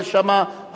יש שם,